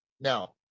Now